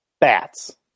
bats